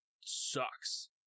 sucks